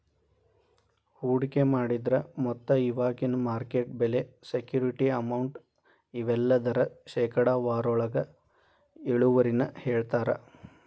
ಹೂಡಿಕೆ ಮಾಡಿದ್ರ ಮೊತ್ತ ಇವಾಗಿನ ಮಾರ್ಕೆಟ್ ಬೆಲೆ ಸೆಕ್ಯೂರಿಟಿ ಅಮೌಂಟ್ ಇವೆಲ್ಲದರ ಶೇಕಡಾವಾರೊಳಗ ಇಳುವರಿನ ಹೇಳ್ತಾರಾ